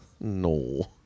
No